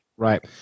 Right